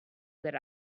that